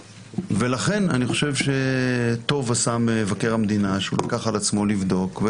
לכן אני חושב שטוב עשה מבקר המדינה שלקח על עצמו לבדוק.